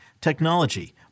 technology